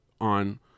on